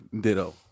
ditto